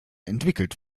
entwickelt